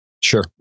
Sure